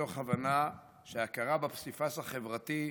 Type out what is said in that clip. מתוך הבנה שהכרה בפסיפס החברתי,